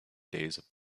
days